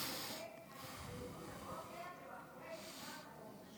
ענית על השאלה,